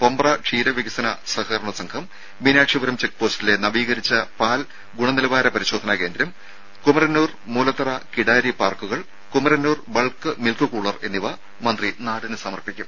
പൊമ്പ്ര ക്ഷീര വികസന സഹകരണ സംഘം മീനാക്ഷിപുരം ചെക്ക്പോസ്റ്റിലെ നവീകരിച്ച പാൽ ഗുണനിലവാര പരിശോധനാ കേന്ദ്രം കുമരന്നൂർ മൂലത്തറ കിടാരി പാർക്കുകൾ കുമരന്നൂർ ബൾക്ക് മിൽക്ക് കൂളർ എന്നിവ മന്ത്രി നാടിന് സമർപ്പിക്കും